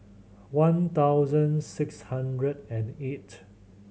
one thousand six hundred and eight